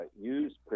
use